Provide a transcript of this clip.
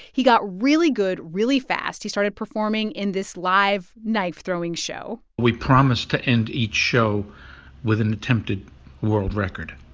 he got really good really fast. he started performing in this live knife-throwing show we promised to end each show with an attempted world record.